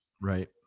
Right